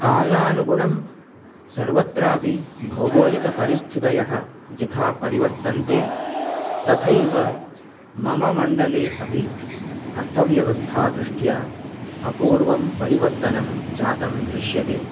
कालानुगुणं सर्वत्रापि भौगोलिकपरिस्थितयः यथा परिवर्तन्ते तथैव मम मण्डले अपि अर्थव्यवस्थादृष्ट्या अपूर्वं परिवर्तनं जातं दृश्यते